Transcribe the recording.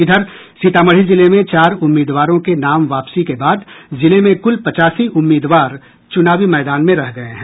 इधर सीतामढ़ी जिले में चार उम्मीदवारों के नाम वापसी के बाद जिले में कुल पचासी उम्मीदवार चुनावी मैदान में रह गये हैं